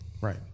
Right